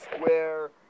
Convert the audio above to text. Square